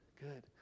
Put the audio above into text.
Good